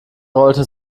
rollte